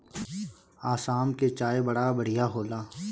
आसाम के चाय बड़ा बढ़िया होला